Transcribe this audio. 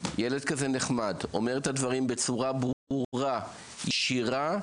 ילד כזה נחמד, אומר את הדברים בצורה ברורה, ישירה,